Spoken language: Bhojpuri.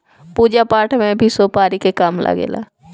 पूजा पाठ में भी सुपारी के काम लागेला